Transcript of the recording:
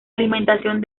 alimentación